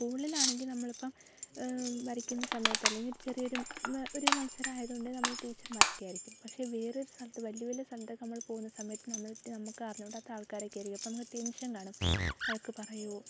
ഒരു സ്കൂളിലാണെങ്കിൽ നമ്മളിപ്പം വരയ്ക്കുന്ന സമയത്ത് അല്ലെങ്കിൽ ഒരു ചെറിയ ഒരു ഒരു മൽസരമായത് കൊണ്ട് നമ്മളെ ടീച്ചറ്മാരൊക്കെ ആയിരിക്കും പക്ഷേ വേറൊരു സ്ഥലത്ത് വലിയ വലിയ സ്ഥലത്തൊക്കെ നമ്മൾ പോകുന്ന സമയത്ത് നമുക്ക് നമ്മക്കറിഞ്ഞൂടാത്ത ആൾക്കാരായിരിക്കും അധികവും അപ്പം നമുക്ക് ടെൻഷൻ കാണും വഴക്കു പറയോ